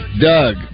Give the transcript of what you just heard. Doug